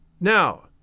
Now